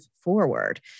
forward